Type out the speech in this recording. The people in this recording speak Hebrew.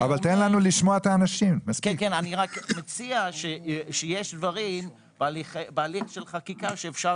אני מציע שיש דברים בהליך חקיקה שאפשר